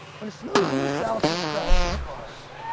when it snows in the south, you crash your cars.